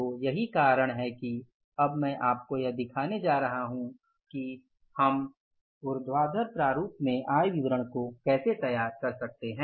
तो यही कारण है कि अब मैं आपको यह दिखाने जा रहा हूं कि हम ऊर्ध्वाधर प्रारूप में आय विवरण कैसे तैयार कर सकते हैं